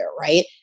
right